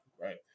right